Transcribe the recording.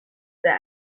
them